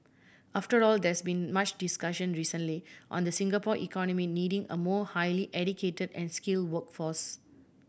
after all there has been much discussion recently on the Singapore economy needing a more highly educate and skill workforce